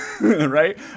right